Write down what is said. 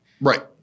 right